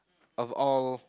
of all